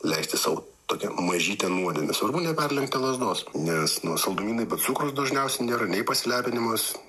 leisti sau tokią mažytę nuodėmę svarbu neperlenkti lazdos nes nu saldumynai be cukraus dažniausiai nėra nei pasilepinimas